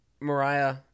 Mariah